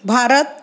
Bharat